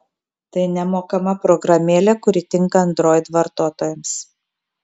tai nemokama programėlė kuri tinka android vartotojams